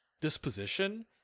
disposition